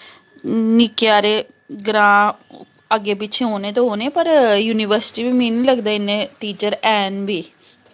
निक्के हारे ग्रांऽ अग्गें पिच्छें होने ते होने पर युनिवर्सिटी च बी मीं निं लगदा इन्ने टीचर हैन बी